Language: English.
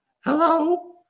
hello